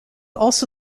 also